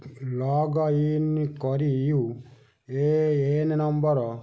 login କରି U A N number